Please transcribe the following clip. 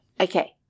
Okay